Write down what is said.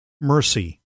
Mercy